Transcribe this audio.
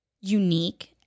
unique